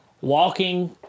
walking